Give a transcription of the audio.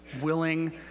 willing